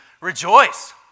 rejoice